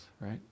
right